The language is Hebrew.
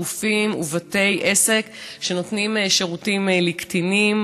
גופים ובתי עסק שנותנים שירותים לקטינים,